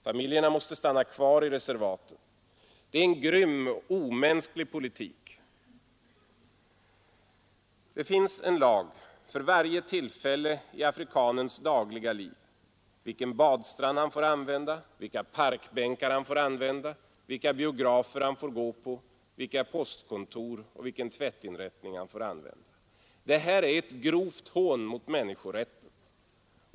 Familjerna måste stanna kvar i reservaten. Det är en grym och omänsklig politik. Det finns en lag för varje tillfälle i afrikanens dagliga liv, om vilken badstrand han får använda, vilka parkbänkar han får begagna, vilka biografer han får gå på, vilka postkontor och vilken tvättinrättning han får använda osv. Detta är ett grovt hån mot människorätten.